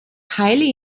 highly